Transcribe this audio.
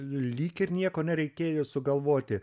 lyg ir nieko nereikėjo sugalvoti